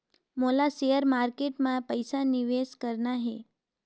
मोला share market मां पइसा निवेश करना हे?